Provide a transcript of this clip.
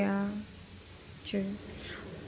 ya true